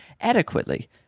adequately